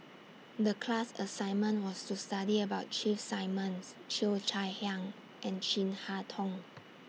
The class assignment was to study about Keith Simmons Cheo Chai Hiang and Chin Harn Tong